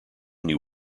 new